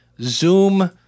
Zoom